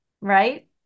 Right